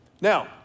Now